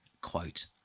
quote